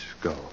go